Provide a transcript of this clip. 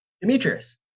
Demetrius